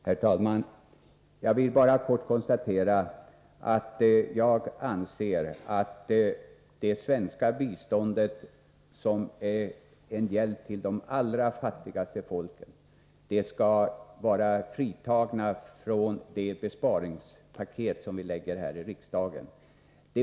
Herr talman! Jag vill bara kort konstatera att jag anser att det svenska biståndet som en hjälp till de allra fattigaste folken skall vara befriat från att ingå i det besparingspaket som vi lägger fram här i riksdagen.